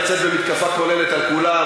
לצאת במתקפה כוללת על כולם,